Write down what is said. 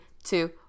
Two